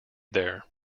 there